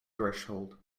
threshold